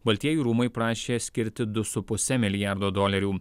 baltieji rūmai prašė skirti du su puse milijardo dolerių